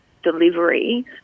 delivery